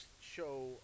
show